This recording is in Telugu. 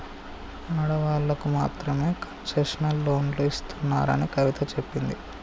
ఆడవాళ్ళకు మాత్రమే కన్సెషనల్ లోన్లు ఇస్తున్నారని కవిత చెప్పింది